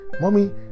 Mommy